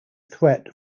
threat